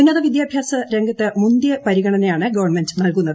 ഉന്നത വിദ്യാഭ്യാസ് ർംഗത്തിന് മുന്തിയ പരിഗണന യാണ് ഗവൺമെന്റ് നൽകുന്നത്